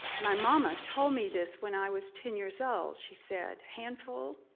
my mama told me this when i was ten-years old. she said, handful,